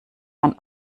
man